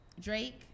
Drake